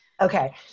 Okay